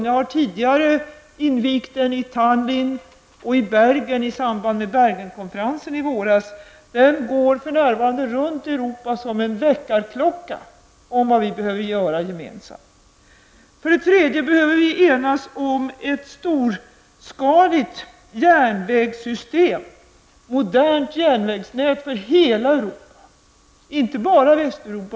Jag har tidigare invigt den i Tallin och i Bergen i samband med Bergenkonferensen i våras. Den går för närvarande runt i Europa som en väckarklocka för vad vi behöver göra gemensamt. För det tredje behöver vi enas om ett storskaligt järnvägssystem, ett modernt järnvägsnät för hela Europa och inte bara för Västeuropa.